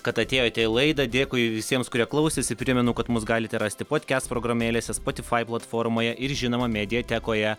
kad atėjote į laidą dėkui visiems kurie klausėsi primenu kad mus galite rasti podcast programėlėse spotify platformoje ir žinoma mediatekoje